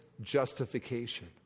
justification